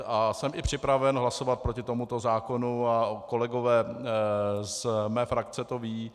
A jsem i připraven hlasovat proti tomuto zákonu a kolegové z mé frakce to vědí.